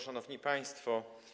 Szanowni Państwo!